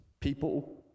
people